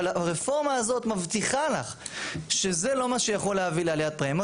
אבל הרפורמה הזאת מבטיחה לך שזה לא מה שיכול להביא לעליית פרמיות